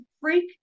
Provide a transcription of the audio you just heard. freak